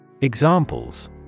Examples